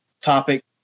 topic